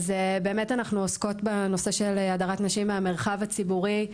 אנחנו עוסקות בנושא של הדרת נשים מהמרחב הציבורי,